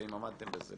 האם עמדתם בזה?